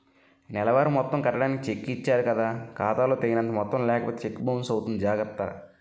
నెలవారీ మొత్తం కట్టడానికి చెక్కు ఇచ్చారు కదా ఖాతా లో తగినంత మొత్తం లేకపోతే చెక్కు బౌన్సు అవుతుంది జాగర్త